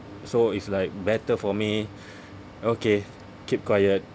so it's like better for me okay keep quiet